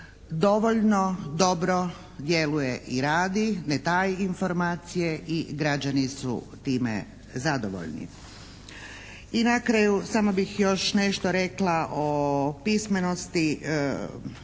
dovoljno dobro djeluje i radi, ne taji informacije i građani su time zadovoljni. I na kraju samo bih još nešto rekla o pismenosti